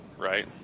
right